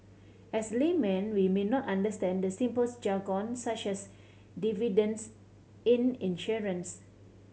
as laymen we may not understand the simplest jargon such as dividends in insurance